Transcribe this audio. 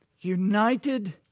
united